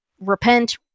repent